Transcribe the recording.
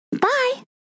Bye